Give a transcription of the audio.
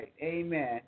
Amen